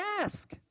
ask